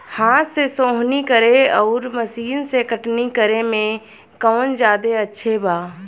हाथ से सोहनी करे आउर मशीन से कटनी करे मे कौन जादे अच्छा बा?